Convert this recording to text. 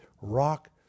Rock